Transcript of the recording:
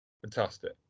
Fantastic